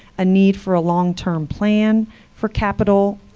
a need for a long-term plan for capital